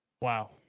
Wow